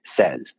says